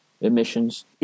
emissions